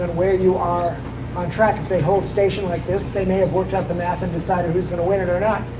and you are on track, if they hold station like this they may have worked out the math and decided who's gonna win it or not.